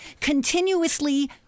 continuously